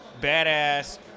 badass